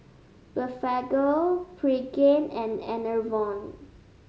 Blephagel Pregain and Enervon